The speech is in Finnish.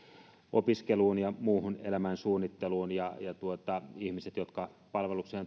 opiskeluun ja muuhun elämän suunnitteluun valtaosa ihmisistä jotka palvelukseen